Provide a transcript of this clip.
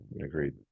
Agreed